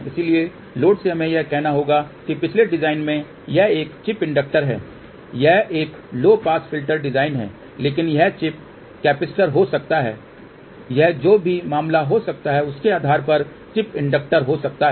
इसलिए लोड से हमें यह कहना होगा कि पिछले डिजाइन मे यह एक चिप इंडक्टर है यह एक लो पास फिल्टर डिजाइन है लेकिन यह चिप कैपेसिटर हो सकता है यह जो भी मामला हो सकता है उसके आधार पर चिप इंडक्टर हो सकता है